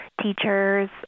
teachers